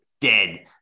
Dead